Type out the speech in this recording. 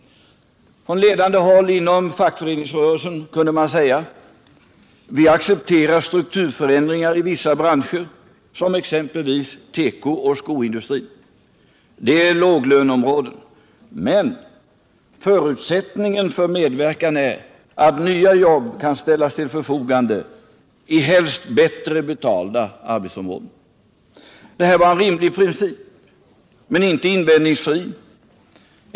Från ledande håll inom fackföreningsrörelsen kunde man säga: Vi accepterar strukturförändringar i vissa branscher, som exempelvis tekooch skoindustrin. Det är låglöneområden. Men förutsättningen för medverkan är att nya jobb kan ställas till förfogande, helst i bättre betalda arbetsområden. Det här var en rimlig princip — men inte invändningsfri.